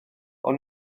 ond